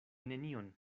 nenion